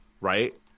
right